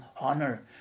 honor